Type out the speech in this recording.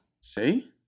See